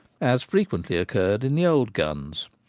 as frequently occurred in the old guns.